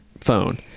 phone